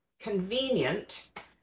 convenient